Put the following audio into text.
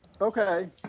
Okay